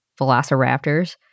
Velociraptors